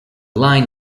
line